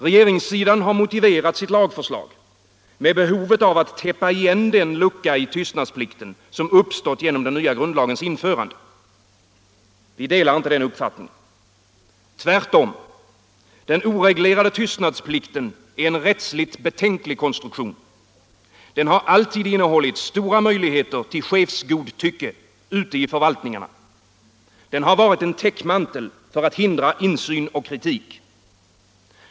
Regeringssidan har motiverat sitt lagförslag med behovet av att täppa igen den lucka i tystnadsplikten som uppstått genom den nya grundlagens införande. Vi delar inte denna uppfattning, tvärtom. Den oreglerade tyst nadsplikten är en rättsligt betänklig konstruktion. Den har alltid innehållit stora möjligheter till chefsgodtycke ute i förvaltningarna. Den har varit en täckmantel för att hindra insyn och kritik.